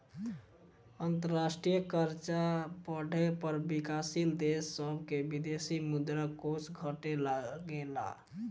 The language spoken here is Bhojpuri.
अंतरराष्ट्रीय कर्जा बढ़े पर विकाशील देश सभ के विदेशी मुद्रा कोष घटे लगेला